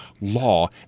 law